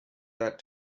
that